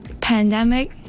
pandemic